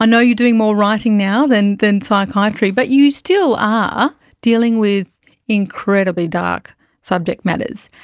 i know you are doing more writing now than than psychiatry but you still are dealing with incredibly dark subject matters.